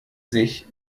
sich